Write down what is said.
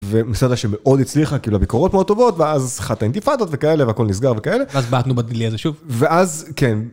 ומסעדה שמאוד הצליחה כאילו הביקורות מאוד טובות ואז אחת האינתיפדות וכאלה והכל נסגר וכאלה ואז בעטנו בדלי הזה שוב, ואז כן.